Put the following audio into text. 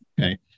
Okay